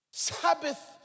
Sabbath